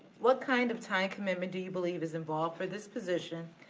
what kind of time commitment do you believe is involved for this position?